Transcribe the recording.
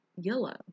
yellow